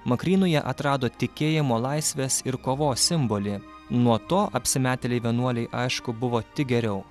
makrynoje atrado tikėjimo laisvės ir kovos simbolį nuo to apsimetėlei vienuolei aišku buvo tik geriau